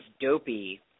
Dopey